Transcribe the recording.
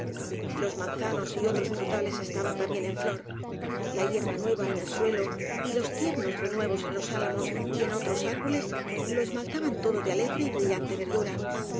los manzanos y otros frutales es taban también en flor y la hierba nueva en el suelo y los tiernos renuevos en los álamos y en otros árboles lo esmaltaban todo de alegre y brillante verdura